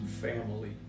family